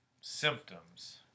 symptoms